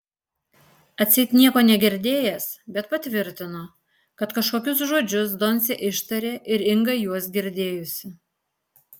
atseit nieko negirdėjęs bet patvirtino kad kažkokius žodžius doncė ištarė ir inga juos girdėjusi